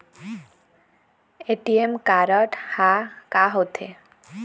ATM card हा का होते?